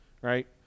Right